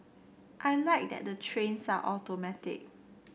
I like that the trains are automatic